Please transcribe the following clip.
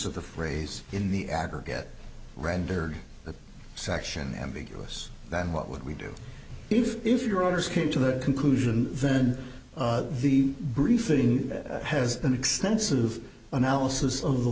of the phrase in the aggregate rendered a section ambiguous that what would we do if if your orders came to the conclusion then the briefing has an extensive analysis of the